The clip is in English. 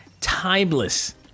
timeless